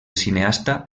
cineasta